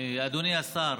אדוני השר,